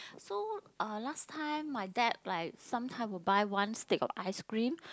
so uh last time my dad like sometime will buy one stick of ice cream